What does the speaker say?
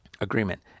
agreement